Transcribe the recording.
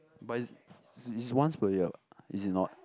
but is is is once per year what is it not